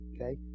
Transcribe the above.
Okay